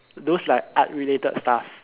those like art related stuff